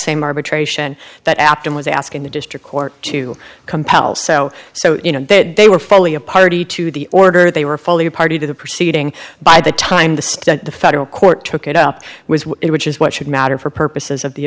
same arbitration that apted was asking the district court to compel so so you know that they were fairly a party to the order they were fully a party to the proceeding by the time the federal court took it up with it which is what should matter for purposes of the